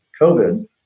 COVID